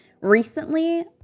recently